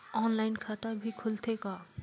Online खाता भी खुलथे का?